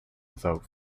without